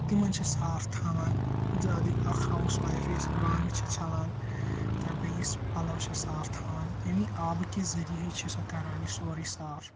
تِمَن چھ صاف تھاوان زیادے اَکھ ہاوُس وایَفہِ یۄس بانہٕ چھِ چھلان تہٕ بہٕ یِژھ پَلَو چھ صاف تھاوان امے آبہٕ کہِ ذٔریعہٕ چھِ سۄ کَران یہِ سورٕے صاف